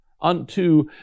unto